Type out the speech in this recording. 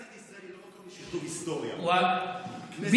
כנסת ישראל היא לא מקום לשכתוב היסטוריה, בדיוק.